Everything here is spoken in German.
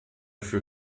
für